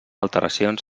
alteracions